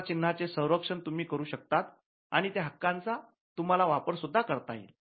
व्यापार चिन्हाचे संरक्षण तुम्ही करू शकतात आणि त्या हक्काचा तुम्हाला वापर सुद्धा करता येईल